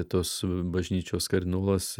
tos bažnyčios kardinolas